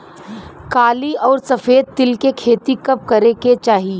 काली अउर सफेद तिल के खेती कब करे के चाही?